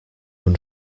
own